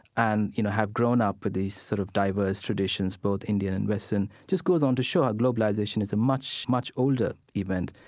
and you know have grown up with these sort of diverse traditions, both indian and western, just goes on to show how globalization is a much, much older event.